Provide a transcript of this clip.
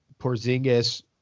Porzingis